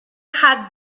had